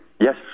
Yes